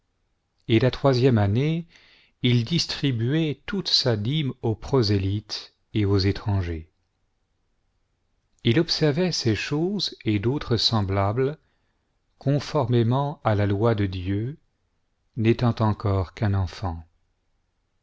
et la troisième année il distribuait toute sa dîme aux prosélytes et aux étrangers il observait ces choses et d'autres semblables conformément à la loi de dieu n'étant encore qu'un enfant